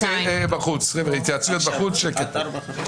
רבותיי, התייעצויות בחוץ, שקט פה.